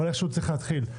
אבל איכשהו צריך להתחיל.